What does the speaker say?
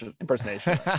impersonation